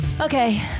Okay